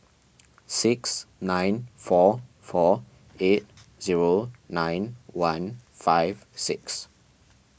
six nine four four eight zero nine one five six